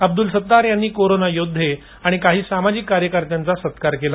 अब्दुल सत्तार यांनी कोरोना योध्दे आणि काही सामाजिक कार्यकर्त्यांचा सत्कार केला